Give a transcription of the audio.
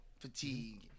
fatigue